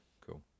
Cool